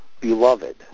beloved